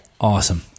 Awesome